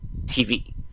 TV